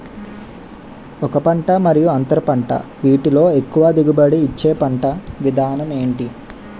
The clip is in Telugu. ఒక పంట మరియు అంతర పంట వీటిలో ఎక్కువ దిగుబడి ఇచ్చే పంట విధానం ఏంటి?